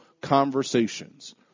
conversations